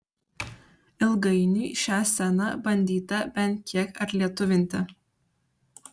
ilgainiui šią sceną bandyta bent kiek atlietuvinti